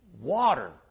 water